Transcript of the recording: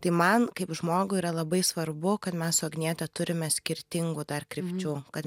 tai man kaip žmogui yra labai svarbu kad mes su agniete turime skirtingų krypčių kad